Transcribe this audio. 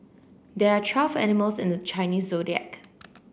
there are twelve animals in the Chinese Zodiac